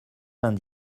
vingt